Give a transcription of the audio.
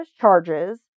charges